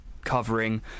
covering